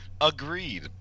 Agreed